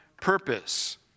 purpose